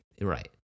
Right